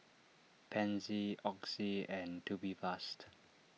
Pansy Oxy and Tubifast